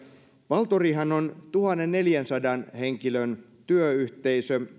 valtorihan on tuhannenneljänsadan henkilön työyhteisö se